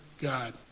God